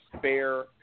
fair